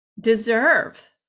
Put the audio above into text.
deserve